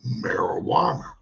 marijuana